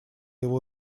его